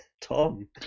Tom